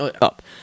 up